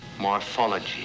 Morphology